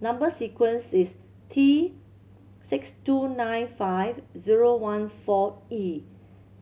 number sequence is T six two nine five zero one four E